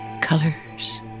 colors